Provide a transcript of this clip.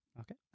okay